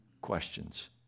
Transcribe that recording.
questions